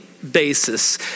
Basis